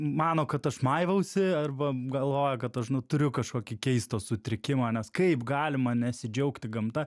mano kad aš maivausi arba galvoja kad aš nu turiu kažkokį keistą sutrikimą nes kaip galima nesidžiaugti gamta